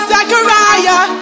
Zechariah